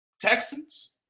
Texans